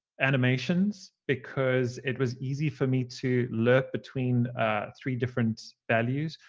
animations because it was easy for me to lerp between three different values.